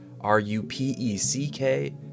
R-U-P-E-C-K